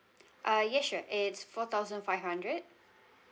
uh yes sure it's four thousand five hundred